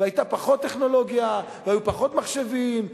והיתה פחות טכנולוגיה והיו פחות מחשבים,